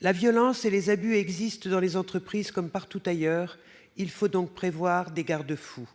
La violence et les abus existent dans les entreprises comme partout ailleurs. Il faut donc prévoir des garde-fous